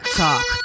talk